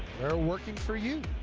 they're working for you.